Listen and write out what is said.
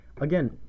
again